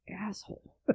asshole